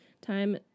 time